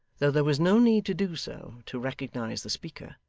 though there was no need to do so, to recognise the speaker,